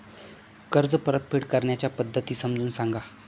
कर्ज परतफेड करण्याच्या पद्धती समजून सांगा